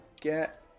get